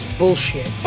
bullshit